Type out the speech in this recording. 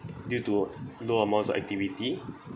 due to low amounts of activity